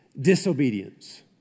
disobedience